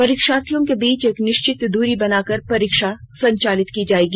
परीक्षार्थियों के बीच एक निश्चित द्री बनाकर परीक्षा संचालित की जाएगी